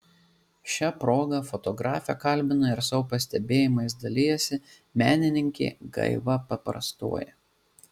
šia proga fotografę kalbina ir savo pastebėjimais dalijasi menininkė gaiva paprastoji